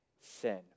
sin